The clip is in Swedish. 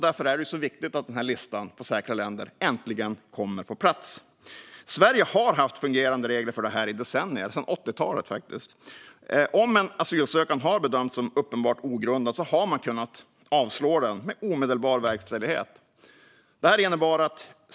Därför är det viktigt att listan på säkra länder äntligen kommer på plats. Sverige hade fungerande regler för detta från 80-talet och flera decennier framåt. Om en asylansökan bedömdes som uppenbart ogrundad kunde man avslå den med omedelbar verkställighet.